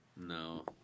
No